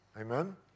Amen